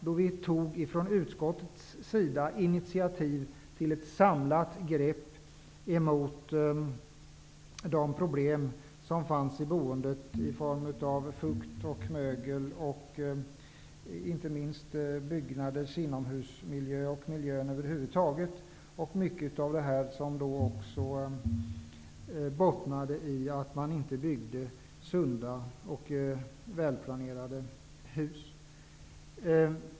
Då tog vi från utskottets sida initiativ till ett samlat grepp emot de problem som fanns i boendet i form av fukt, mögel och inte minst byggnaders inomhusmiljö och miljön över huvud taget. Mycket av detta bottnade i att man inte byggde sunda och välplanerade hus.